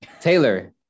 Taylor